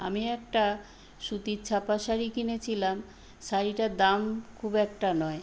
আমি একটা সুতির ছাপা শাড়ি কিনেছিলাম শাড়িটার দাম খুব একটা নয়